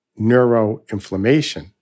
neuroinflammation